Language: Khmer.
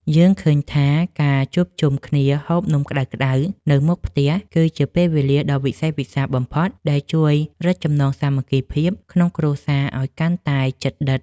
យើងឃើញថាការជួបជុំគ្នាហូបនំក្តៅៗនៅមុខផ្ទះគឺជាពេលវេលាដ៏វិសេសវិសាលបំផុតដែលជួយរឹតចំណងសាមគ្គីភាពក្នុងគ្រួសារឱ្យកាន់តែជិតដិត។